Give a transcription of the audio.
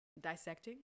dissecting